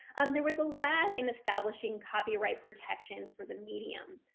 um there was a lag in establishing copyright protections for the medium,